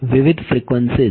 વિવિધ ફ્રીક્વન્સીઝ